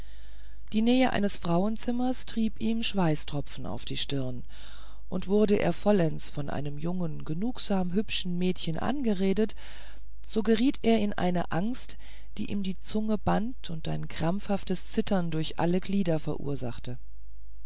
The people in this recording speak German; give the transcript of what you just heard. die nähe eines frauenzimmers trieb ihm schweißtropfen auf die stirne und wurde er vollends von einem jungen genugsam hübschen mädchen angeredet so geriet er in eine angst die ihm die zunge band und ein krampfhaftes zittern durch alle glieder verursachte